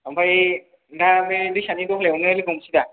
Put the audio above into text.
आमफाय दा बे दैसानि दह्लायावनो लोगो हमसै दा